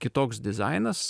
kitoks dizainas